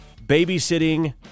babysitting